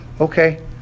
Okay